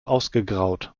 ausgegraut